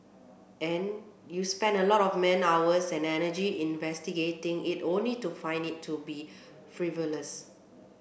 and you spend a lot of man hours and energy investigating it only to find it to be frivolous